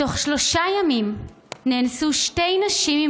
בתוך שלושה ימים נאנסו שתי נשים עם